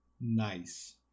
Nice